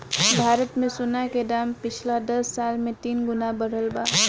भारत मे सोना के दाम पिछला दस साल मे तीन गुना बढ़ल बा